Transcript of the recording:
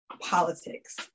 politics